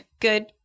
Good